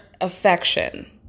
affection